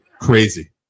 crazy